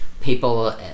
people